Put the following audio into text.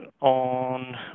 on